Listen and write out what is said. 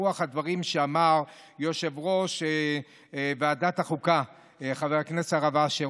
ברוח הדברים שאמר יושב-ראש ועדת החוקה חבר הכנסת הרב אשר,